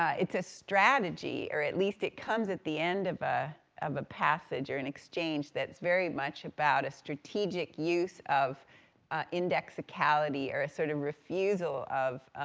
it's a strategy, or at least it comes at the end of a of a passage, or an exchange, that's very much about a strategic use of indexicality, or a sort of refusal of,